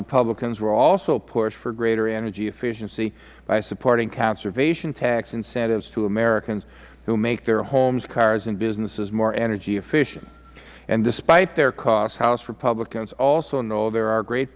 republicans will also push for greater energy efficiency by supporting conservation tax incentives to americans who make their homes cars and businesses more energy efficient and despite their costs house republicans also know there are great